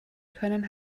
können